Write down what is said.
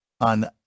on